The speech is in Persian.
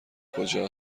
کجا